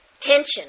Tension